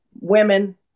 Women